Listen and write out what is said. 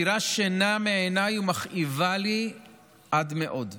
היא מדירה שינה מעיניי ומכאיבה לי עד מאוד.